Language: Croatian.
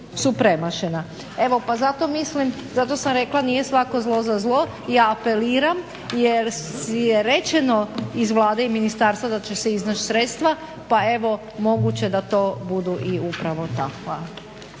su premašena. Evo, pa zato mislim, zato sam rekla nije svako zlo za zlo i ja apeliram, jer je rečeno iz Vlade i ministarstva da će se iznaći sredstva, pa evo moguće da to budu i upravo ta. Hvala.